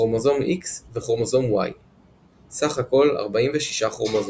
כרומוזום X וכרומוזום Y. סה"כ 46 כרומוזומים.